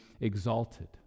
exalted